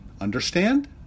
Understand